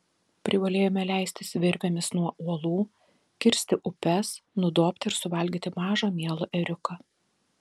privalėjome leistis virvėmis nuo uolų kirsti upes nudobti ir suvalgyti mažą mielą ėriuką